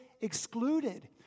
excluded